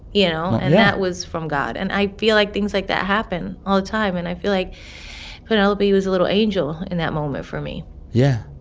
you know and that was from god. and i feel like things like that happen all the time. and i feel like penelope was a little angel, in that moment, for me yeah.